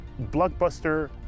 Blockbuster